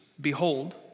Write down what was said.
Behold